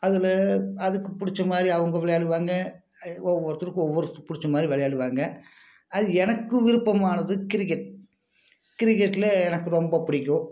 அதில் அதுக்கு பிடிச்ச மாதிரி அவங்க விளையாடுவாங்க ஒவ்வொருத்தவருக்கும் ஒவ்வொருத்தவருக்கு பிடிச்ச மாதிரி விளையாடுவாங்க அது எனக்கு விருப்பனமானது கிரிக்கெட் கிரிக்கெட்டில் எனக்கு ரொம்ப பிடிக்கும்